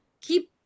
keep